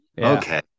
okay